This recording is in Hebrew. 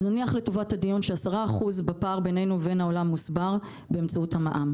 אז נניח לטובת הדיון ש-10% בפער בינינו לבין העולם מוסבר באמצעות המע"מ.